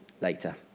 later